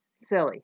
silly